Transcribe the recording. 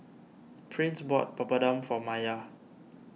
Prince bought Papadum for Maiya